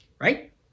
right